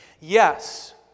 Yes